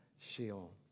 Sheol